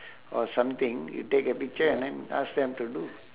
or something you take a picture and then ask them to do